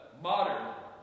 modern